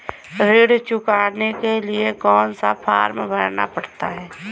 ऋण चुकाने के लिए कौन सा फॉर्म भरना पड़ता है?